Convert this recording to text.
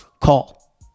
call